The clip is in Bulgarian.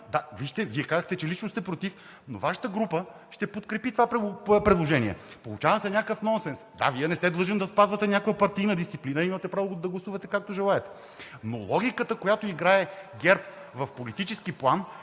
Вижте, Вие казахте, че лично сте против, но Вашата група ще подкрепи това предложение. Получава се някакъв нонсенс. Да, Вие не сте длъжен да спазвате някаква партийна дисциплина, имате право да гласувате, както желаете. Логиката обаче, която играе ГЕРБ в политически план,